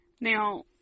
Now